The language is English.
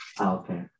okay